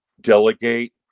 delegate